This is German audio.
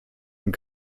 und